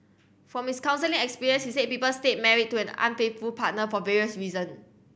from miss counselling experience he said people stay married to an unfaithful partner for various reason